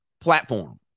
platform